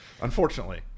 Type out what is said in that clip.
Unfortunately